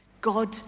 God